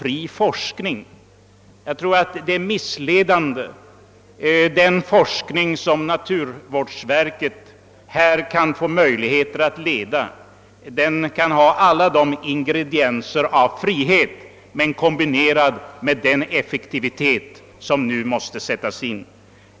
Jag tror det är missledande. Den forskning som naturvårdsverket här kan få möjligheter att leda kan ha alla önskade ingredienser av frihet, kombinerade med den effektivitet som nu måste sättas in.